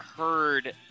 heard